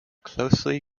closely